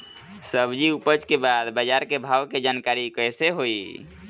सब्जी उपज के बाद बाजार के भाव के जानकारी कैसे होई?